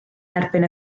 erbyn